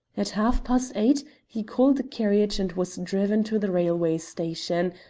at half-past eight he called a carriage and was driven to the railway station,